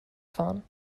fahren